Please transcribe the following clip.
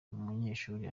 umunyeshuri